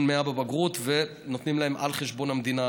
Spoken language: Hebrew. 100 בבגרות ונותנים להם ללמוד על חשבון המדינה,